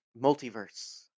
Multiverse